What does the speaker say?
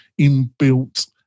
inbuilt